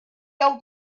old